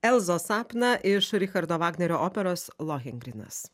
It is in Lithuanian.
elzos sapną iš richardo vagnerio operos lohengrinas